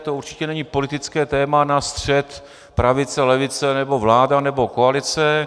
To určitě není politické téma na střet pravice levice, nebo vláda nebo koalice.